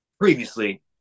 previously